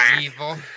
evil